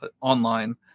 online